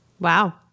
Wow